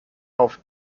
auf